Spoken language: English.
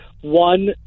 one